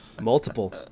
Multiple